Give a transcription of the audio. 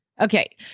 Okay